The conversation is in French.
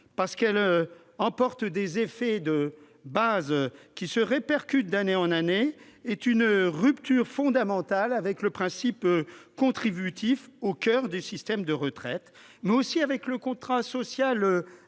parce qu'elle emporte des effets de base qui se répercutent d'année en année, est une rupture fondamentale avec le principe contributif au coeur du système des retraites, mais aussi avec le contrat social implicite